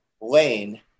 lane